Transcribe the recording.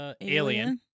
Alien